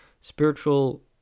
Spiritual